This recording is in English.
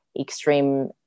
extreme